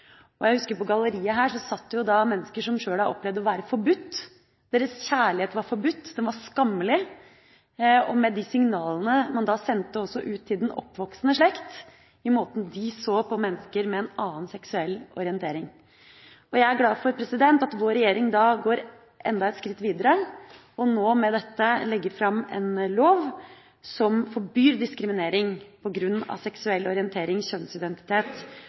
menneske. Jeg husker at det på galleriet her satt mennesker som sjøl hadde opplevd at deres kjærlighet var forbudt, at den var skammelig, med de signaler det ga til den oppvoksende slekt om måten å se på mennesker med en annen seksuell orientering. Jeg er glad for at vår regjering går enda et skritt videre og med dette nå legger fram en lov som forbyr diskriminering på grunn av seksuell orientering, kjønnsidentitet